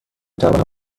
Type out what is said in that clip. توانم